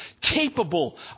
capable